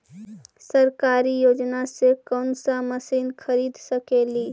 सरकारी योजना से कोन सा मशीन खरीद सकेली?